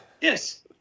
Yes